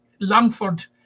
Longford